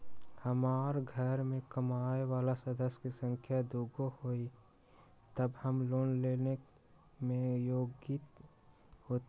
हमार घर मैं कमाए वाला सदस्य की संख्या दुगो हाई त हम लोन लेने में योग्य हती?